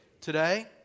Today